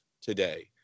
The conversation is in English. today